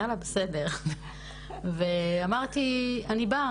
יאללה בסדר ואמרתי אני באה,